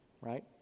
right